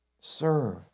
Serve